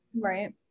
Right